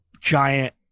giant